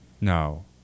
No